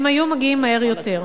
הם היו מגיעים מהר יותר.